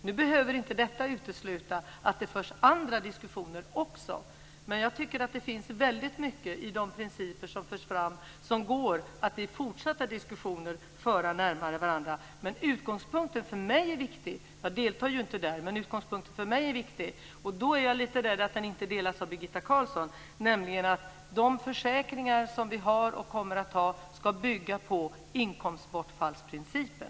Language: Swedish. Nu behöver inte detta utesluta att det förs andra diskussioner också, men jag tycker att det finns väldigt mycket i de principer som förs fram som gör att vi i fortsatta diskussioner kan komma närmare varandra. Jag deltar inte där, men utgångspunkten är viktig för mig. Jag är lite rädd att Birgitta Carlsson inte har samma utgångspunkt, nämligen att de försäkringar som vi har och kommer att ha ska bygga på inkomstbortfallsprincipen.